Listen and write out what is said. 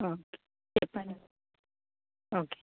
okay final okay